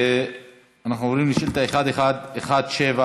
אנחנו עוברים לשאילתה מס' 1117,